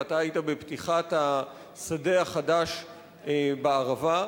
ואתה היית בפתיחת השדה החדש בערבה,